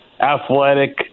athletic